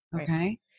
Okay